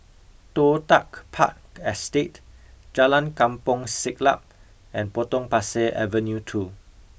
Toh Tuck Park Estate Jalan Kampong Siglap and Potong Pasir Avenue two